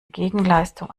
gegenleistung